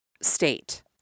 state